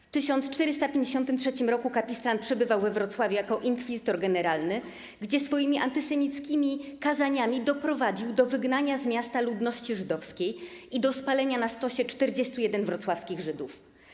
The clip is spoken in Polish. W 1453 r. Kapistran przebywał jako inkwizytor generalny we Wrocławiu, gdzie swoimi antysemickimi kazaniami doprowadził do wygnania z miasta ludności żydowskiej i do spalenia na stosie 41 wrocławskich Żydów.